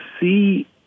see